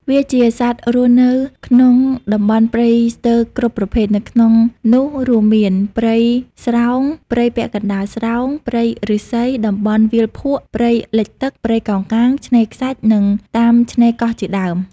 វាជាសត្វរស់នៅក្នុងតំបន់ព្រៃស្ទើរគ្រប់ប្រភេទក្នុងនោះរួមមាន ព្រៃស្រោង ព្រៃពាក់កណ្តាលស្រោង ព្រៃឬស្សី តំបន់វាលភក់ ព្រៃលិចទឹក ព្រៃកោងកាង ឆ្នេខ្សាច់ និងតាមឆ្នេរកោះជាដើម។